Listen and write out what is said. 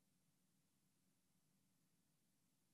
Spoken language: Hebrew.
בזמן